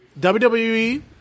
WWE